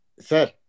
Sir